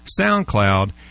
SoundCloud